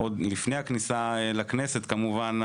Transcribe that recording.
גם מלפני הכניסה לכנסת כמובן,